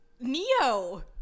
Neo